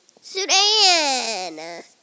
Sudan